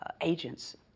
agents